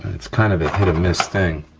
it's kind of a hit-and-miss thing.